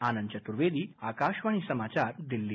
आनंद चतुर्वेदी आकाशवाणी समाचार दिल्ली